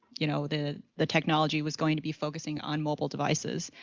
you know, the the technology was going to be focusing on mobile devices.